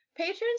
Patrons